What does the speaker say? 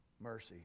Mercy